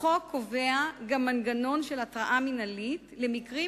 החוק קובע גם מנגנון של התראה מינהלית למקרים